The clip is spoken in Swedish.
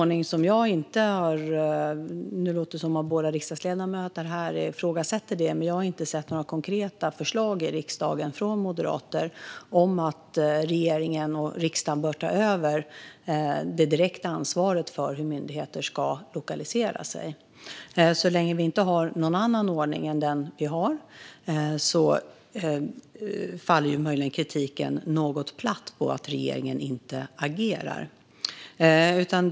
Nu låter det som om båda riksdagsledamöterna här ifrågasätter den ordningen, men jag har inte sett några konkreta förslag i riksdagen från moderater om att regeringen och riksdagen bör ta över det direkta ansvaret för hur myndigheter ska lokalisera sig. Så länge vi inte har någon annan ordning än denna faller kritiken mot att regeringen inte agerar något platt.